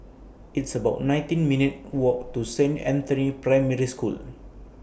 It's about nineteen minutes' Walk to Saint Anthony's Primary School